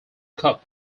cup